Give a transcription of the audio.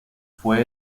fue